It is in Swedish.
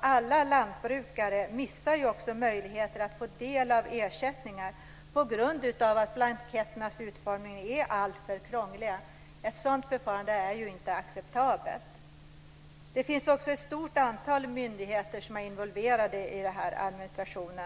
Alla lantbrukare missar ju också möjligheter att få del av ersättningar på grund av att blanketternas utformning är alltför krånglig. Ett sådant förfarande är inte acceptabelt. Det finns också ett stort antal myndigheter som är involverade i den här administrationen.